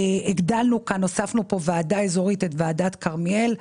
הוספנו ועדה אזורית, את ועדת כרמיאל.